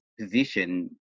position